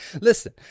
listen